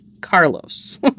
Carlos